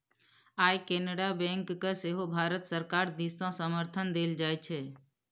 आय केनरा बैंककेँ सेहो भारत सरकार दिससँ समर्थन देल जाइत छै